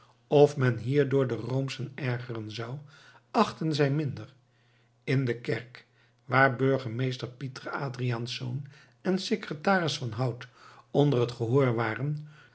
of men hierdoor de roomschen ergeren zou achtten zij minder in de kerk waar burgemeester pieter adriaensz en de secretaris van hout onder het gehoor waren